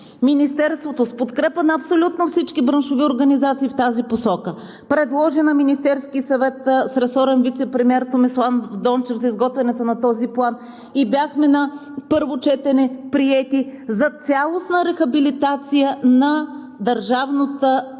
Министерството с подкрепа на абсолютно всички браншови организации в тази посока предложи на Министерския съвет с ресорен вицепремиер Томислав Дончев за изготвянето на този план и бяха на първо четене приети за цялостна рехабилитация на държавната –